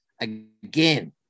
again